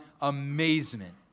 amazement